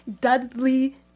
Dudley